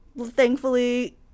thankfully